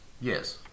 Yes